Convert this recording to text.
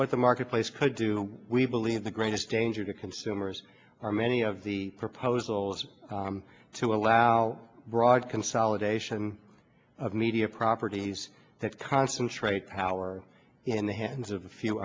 what the marketplace could do we believe the greatest danger to consumers are many of the proposals to allow broad consolidation of media properties to concentrate power in the hands of a few